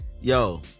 Yo